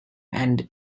and